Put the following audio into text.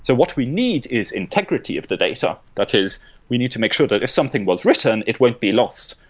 so what we need is integrity of the data, that is we need to make sure that if something was written, it won't be lost,